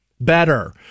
Better